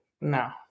no